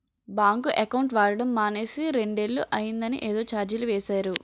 bank account వాడడం మానేసి రెండేళ్ళు అయిందని ఏదో చార్జీలు వేసేరు